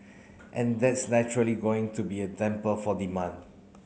and that's naturally going to be a damper for demand